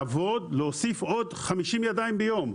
לעבוד, להוסיף עוד 50 "ידיים" ביום.